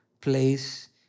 place